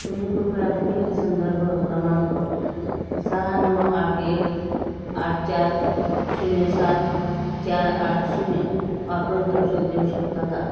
तुम्ही कृपया बुकिंग संदर्भ क्रमांक सहा नऊ आठ एक आठ चार शून्य सात चार आठ शून्य वापरून तपशील देऊ शकता का